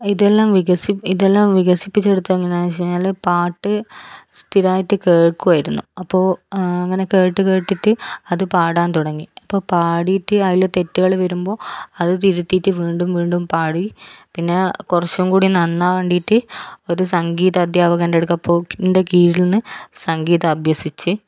ഇതെല്ലാം വികസിപ് ഇതെല്ലാം വികസിപ്പിച്ചെടുത്ത എങ്ങനെയെന്നു വെച്ചു കഴിഞ്ഞാൽ പാട്ട് സ്ഥിരമായിട്ട് കേൾക്കുമായിരുന്നു അപ്പോൾ അങ്ങനെ കേട്ട് കേട്ടിട്ട് അത് പാടാൻ തുടങ്ങി അപ്പോൾ പാടിയിട്ട് അതിൽ തെറ്റുകൾ വരുമ്പോൾ അത് തിരുത്തിയിട്ട് വീണ്ടും വീണ്ടും പാടി പിന്നെ കുറച്ചുംകൂടി നന്നാവാൻ വേണ്ടിയിട്ട് ഒരു സംഗീത അദ്ധ്യാപകൻ്റെ അടുക്കൽ പോക് കീഴിൽനിന്ന് സംഗീതം അഭ്യസിച്ച്